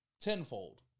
tenfold